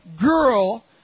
girl